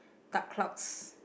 dark clouds